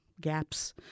gaps